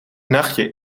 nachtje